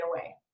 away